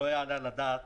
לא יעלה על הדעת